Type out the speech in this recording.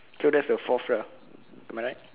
so that's the fourth lah am I right